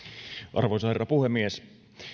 arvoisa herra puhemies